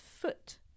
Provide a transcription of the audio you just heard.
foot